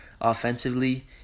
offensively